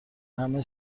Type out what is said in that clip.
همه